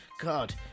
God